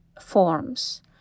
forms